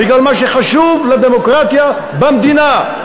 בגלל מה שחשוב לדמוקרטיה במדינה.